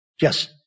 Yes